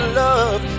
love